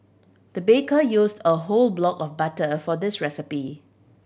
the baker used a whole block of butter for this recipe